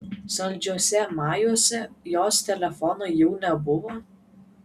saldžiuose majuose jos telefono jau nebuvo